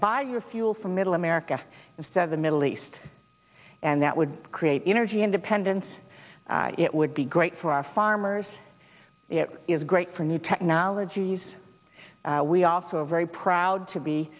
by your fuel from middle america of seven middle east and that would create energy independence it would be great for our farmers it is great for new technologies we are also very proud to be